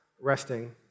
resting